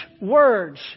words